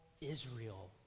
Israel